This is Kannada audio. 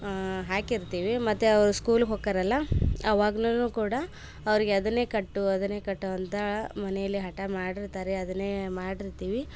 ಹ್ಯಾಕಿರ್ತೀವಿ ಮತ್ತು ಅವರು ಸ್ಕೂಲ್ಗ್ ಹೋಕರಲ್ಲ ಅವಾಗಲೂನು ಕೂಡ ಅವರಿಗೆ ಅದನ್ನೆ ಕಟ್ಟು ಅದನ್ನೆ ಕಟ್ಟು ಅಂತಾ ಮನೆಯಲ್ಲಿ ಹಟ ಮಾಡಿರ್ತಾರೆ ಅದನ್ನೇ ಮಾಡಿರ್ತೀವಿ